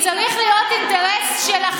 אני לא מבינה, זה צריך להיות אינטרס שלכם.